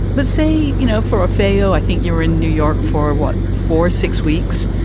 let's say, you know, for ofheo, i think you were in new york for, what, for six weeks?